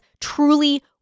truly